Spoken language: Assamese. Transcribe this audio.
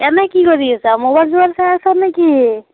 এনে কি কৰি আছা মোবাইল চোবাইল চাই আছা নে কি